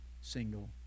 single